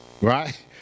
right